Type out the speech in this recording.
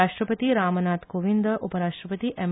राष्ट्रपती रामनाथ कोविंद उपराष्ट्रपती एम